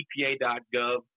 epa.gov